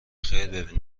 خیر